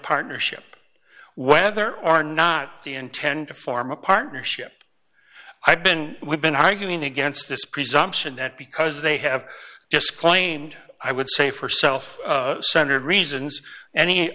partnership whether or not the intend to form a partnership i've been we've been arguing against this presumption that because they have just claimed i would say for self centered reasons any